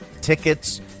Tickets